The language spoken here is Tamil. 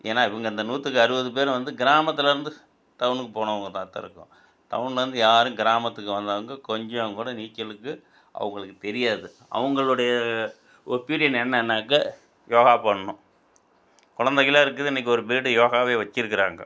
ஏன்னா இவங்க இந்த நூற்றுக்கு அறுபது பேரும் வந்து கிராமத்துலேருந்து டவுனுக்கு போனவங்கதா தான் இருக்கும் டவுன்லேருந்து யாரும் கிராமத்துக்கு வந்தவங்க கொஞ்சம் கூட நீச்சலுக்கு அவங்களுக்கு தெரியாது அவங்களுடைய ஒப்பீனியன் என்னென்னாக்க யோகா பண்ணணும் கொழந்தைகளா இருக்குது இன்றைக்கி ஒரு பீரியடு யோகாவே வச்சிருக்கறாங்க